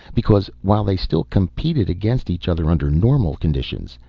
because while they still competed against each other under normal conditions,